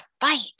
fight